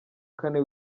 kane